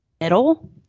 middle